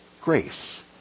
grace